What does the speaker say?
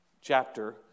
chapter